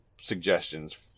Suggestions